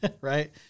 Right